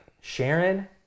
Sharon